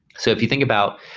so if you think about,